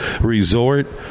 resort